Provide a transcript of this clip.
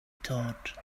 thought